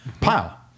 pile